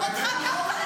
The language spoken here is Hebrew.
--- אולי גם אותך?